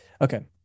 Okay